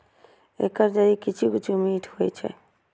एकर जड़ि किछु किछु मीठ होइ छै